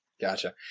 Gotcha